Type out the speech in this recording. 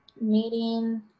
meeting